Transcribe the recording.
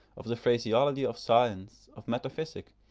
of the phraseology of science, of metaphysic,